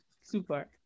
Super